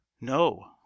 No